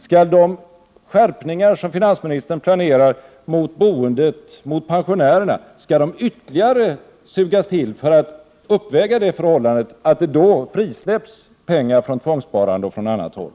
Skall de skärpningar som finansministern planerar mot boendet och mot pensionärerna leda till att de drabbas ytterligare, för att uppväga förhållandet att pengar då frisläpps från tvångssparande och annat håll?